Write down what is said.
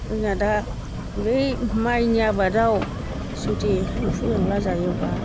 जोंनिया दा बै माइनि आबादाव जुदि एम्फौ एन्ला जायोबा